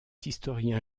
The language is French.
historien